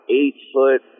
eight-foot